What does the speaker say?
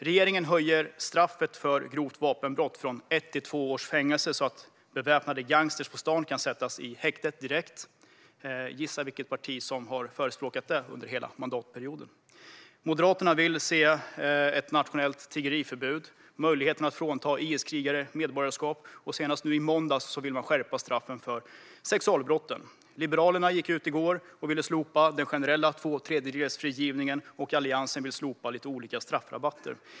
Regeringen höjer straffet för grovt vapenbrott från ett till två års fängelse så att beväpnade gangstrar på stan kan sättas i häkte direkt. Gissa vilket parti som har förespråkat det under hela mandatperioden. Moderaterna vill se ett nationellt tiggeriförbud och möjligheten att frånta IS-krigare medborgarskap. Senast i måndags ville de skärpa straffen för sexualbrott. Liberalerna gick ut i går och ville slopa den generella tvåtredjedelsfrigivningen, och Alliansen vill slopa olika straffrabatter.